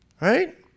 Right